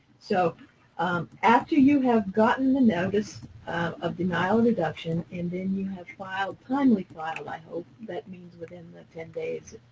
so after you have gotten the notice of denial or reduction and then you have filed, timely filed i hope, that within the ten days,